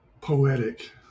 poetic